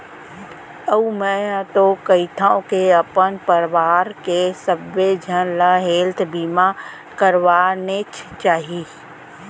अउ मैं तो कहिथँव के अपन परवार के सबे झन ल हेल्थ बीमा करवानेच चाही